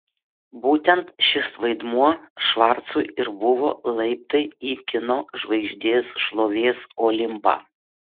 būtent šis vaidmuo švarcui ir buvo laiptai į kino žvaigždės šlovės olimpą